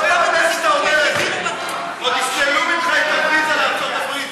עוד ישללו ממך את הוויזה לארצות-הברית,